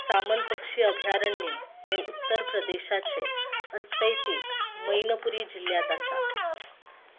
सामन पक्षी अभयारण्य हें उत्तर प्रदेशाचे अस्तयतेक मैनपुरी जिल्ल्यांत आसा